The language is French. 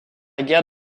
guerre